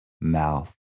mouth